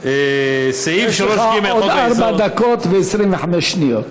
יש לך עוד ארבע דקות ו-25 שניות.